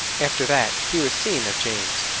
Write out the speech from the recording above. after that, he was seen of james.